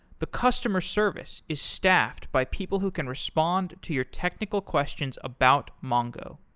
the customer service is staffed by people who can respond to your technical questions about mongo.